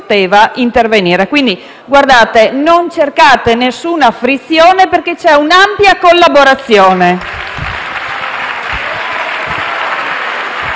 Pertanto, non cercate alcuna frizione, perché c'è un'ampia collaborazione.